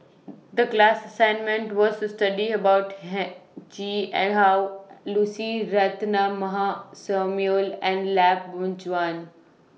The class assignment was to study about Heng Chee and How Lucy Ratnammah Samuel and Yap Boon Chuan